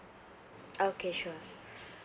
okay sure